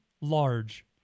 large